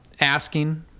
asking